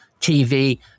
TV